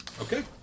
Okay